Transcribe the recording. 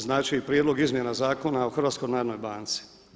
Znači Prijedlog izmjena Zakona o HNB-u.